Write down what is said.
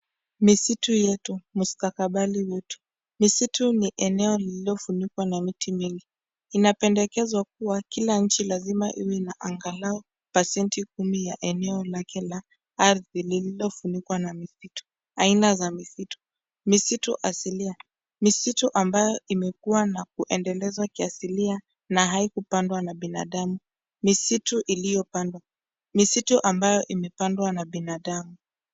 Misitu yetu, mustakabali wetu. Misitu ni eneo lililofunikwa na miti mengi. Inapendekezwa kuwa kila nchi lazima iwe na angalau pacenti kumi ya eneo la kila ardhi lililofunikwa na misitu. Aina za misitu; misitu asilia, misitu ambayo imekuwa na kuendeleza kiasilia na haikupandwa na binadhamu, Misitu iliyopandwa; misitu ambayo imepandwa na binadhamu.